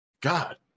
God